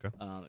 okay